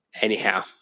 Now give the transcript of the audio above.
Anyhow